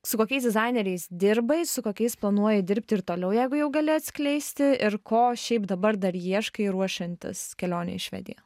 su kokiais dizaineriais dirbai su kokiais planuoji dirbti ir toliau jeigu jau gali atskleisti ir ko šiaip dabar dar ieškai ruošiantis kelionei į švediją